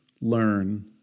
learn